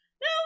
No